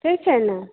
ठीक छै ने